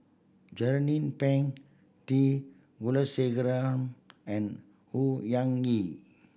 Jernnine Pang T Kulasekaram and Au Hing Yee